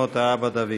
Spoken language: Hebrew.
במות האבא דוד.